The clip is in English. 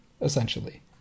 essentially